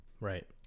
Right